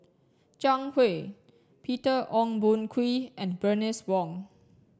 Zhang Hui Peter Ong Boon Kwee and Bernice Wong